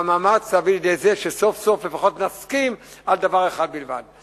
והמאמץ הביא לידי זה שסוף-סוף לפחות נסכים על דבר אחד בלבד.